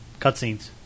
Cutscenes